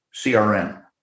CRM